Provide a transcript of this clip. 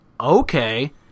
okay